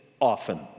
often